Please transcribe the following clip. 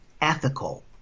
ethical